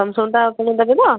ସାମସଙ୍ଗଟା ଆପଣ ଦେବେନା